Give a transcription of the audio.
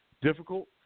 Difficult